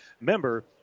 member